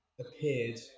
appeared